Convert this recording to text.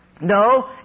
No